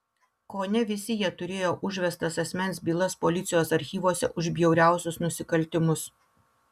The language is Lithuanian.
kone visi jie turėjo užvestas asmens bylas policijos archyvuose už bjauriausius nusikaltimus